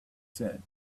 said